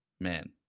man